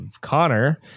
Connor